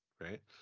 right